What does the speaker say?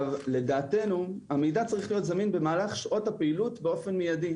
לדעתנו המידע צריך להיות זמין במהלך שעות הפעילות באופן מיידי.